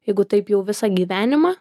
jeigu taip jau visą gyvenimą